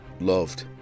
loved